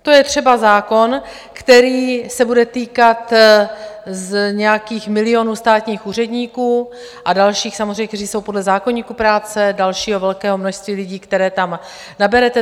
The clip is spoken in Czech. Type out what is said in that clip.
To je třeba zákon, který se bude týkat nějakého milionu státních úředníků a dalších samozřejmě, kteří jsou podle zákoníku práce, a dalšího velkého množství lidí, které tam naberete.